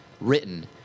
written